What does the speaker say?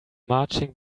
marching